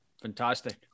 Fantastic